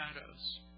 shadows